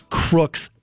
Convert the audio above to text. crooks